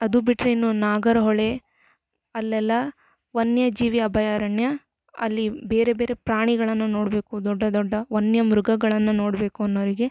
ಅದು ಬಿಟ್ಟರೆ ಇನ್ನು ನಾಗರಹೊಳೆ ಅಲ್ಲೆಲ್ಲ ವನ್ಯಜೀವಿ ಅಭಯಾರಣ್ಯ ಅಲ್ಲಿ ಬೇರೆ ಬೇರೆ ಪ್ರಾಣಿಗಳನ್ನ ನೋಡ್ಬೇಕು ದೊಡ್ಡ ದೊಡ್ಡ ವನ್ಯ ಮೃಗಗಳನ್ನ ನೋಡ್ಬೇಕು ಅನ್ನೋರಿಗೆ